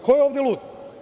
Ko je ovde lud?